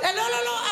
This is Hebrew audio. לא לא לא.